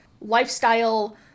lifestyle